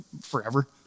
forever